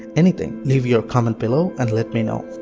anything. leave your comment below and let me know.